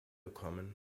kommen